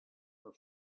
her